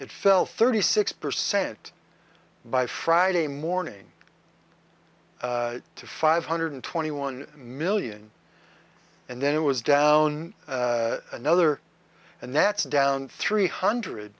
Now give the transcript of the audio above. it fell thirty six percent by friday morning to five hundred twenty one million and then it was down another and that's down three hundred